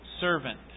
servant